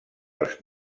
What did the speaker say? els